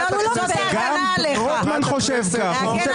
גם רוטמן חושב ככה, אורנה.